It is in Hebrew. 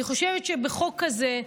אני חושבת שבחוק הזה,